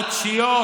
חודשיות.